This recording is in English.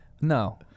No